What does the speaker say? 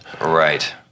Right